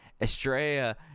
Estrella